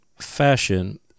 fashion